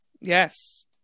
Yes